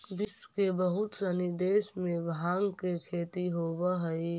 विश्व के बहुत सनी देश में भाँग के खेती होवऽ हइ